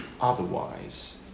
otherwise